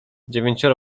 dziewięcioro